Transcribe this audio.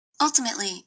Ultimately